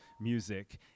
music